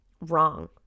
wrong